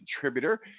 contributor